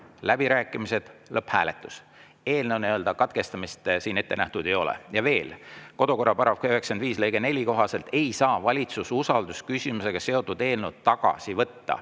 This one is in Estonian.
läbirääkimised, lõpphääletus. Eelnõu katkestamist siin ette nähtud ei ole. Ja veel: kodukorra § 95 lõike 4 kohaselt ei saa valitsuse usaldusküsimusega seotud eelnõu tagasi võtta.